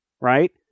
Right